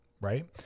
right